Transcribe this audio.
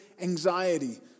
anxiety